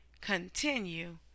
Continue